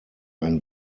ein